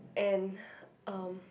and um